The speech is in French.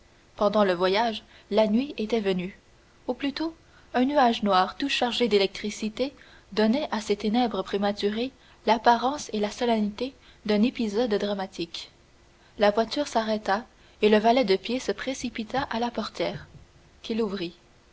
pendant le voyage la nuit était venue ou plutôt un nuage noir tout chargé d'électricité donnait à ces ténèbres prématurées l'apparence et la solennité d'un épisode dramatique la voiture s'arrêta et le valet de pied se précipita à la portière qu'il